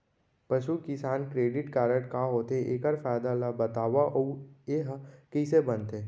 पसु किसान credit card का होथे, एखर फायदा ला बतावव अऊ एहा कइसे बनथे?